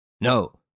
no